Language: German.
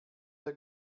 der